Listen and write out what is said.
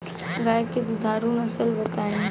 गाय के दुधारू नसल बताई?